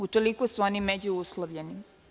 Utoliko su oni međuuslovljeni.